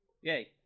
Yay